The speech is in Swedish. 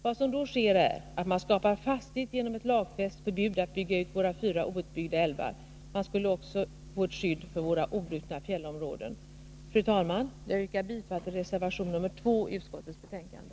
Vad som då sker är att man skapar fasthet genom ett lagfäst förbud att bygga ut våra fyra outbyggda älvar. Man skulle också få ett skydd för våra obrutna fjällområden. Fru talman! Jag yrkar bifall till reservation 2 i utskottets betänkande.